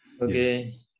Okay